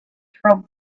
throw